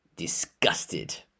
disgusted